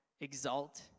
exalt